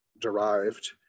derived